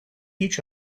each